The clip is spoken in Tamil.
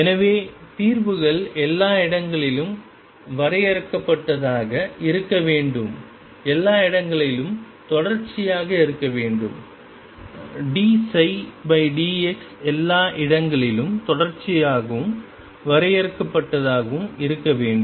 எனவே தீர்வுகள் எல்லா இடங்களிலும் வரையறுக்கப்பட்டதாக இருக்க வேண்டும் எல்லா இடங்களிலும் தொடர்ச்சியாக இருக்க வேண்டும்dψdx எல்லா இடங்களிலும் தொடர்ச்சியாகவும் வரையறுக்கப்பட்டதாகவும் இருக்க வேண்டும்